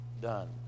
done